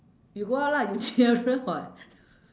you go out lah you nearer [what]